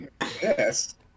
yes